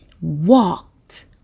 walked